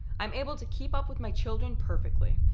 i'm able to keep up with my children perfectly.